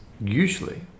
usually